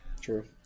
true